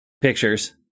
Pictures